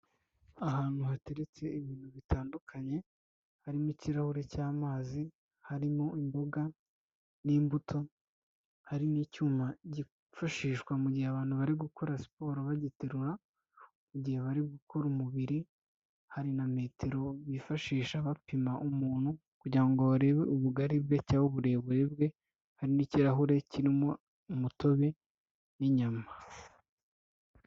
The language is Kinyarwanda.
Ahantu hateretse ibintu bitandukanye, harimo ikirahure cy'amazi, harimo imboga n'imbuto, harimo icyuma byifashishwa mu gihe abantu bari gukora siporo bagiterura, mu gihe bari gukora umubiri, hari na metero bifashisha bapima umuntu kugira ngo barebe ubugari bwe cyangwa uburebure bwe. Hari n'ikirahure kirimo umutobe, n'inyama.